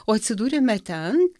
o atsidūrėme ten